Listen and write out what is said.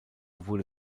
wurde